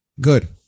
Good